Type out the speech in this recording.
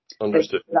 Understood